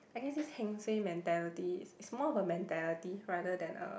I guess this heng suay mentality is is more of a mentality rather than a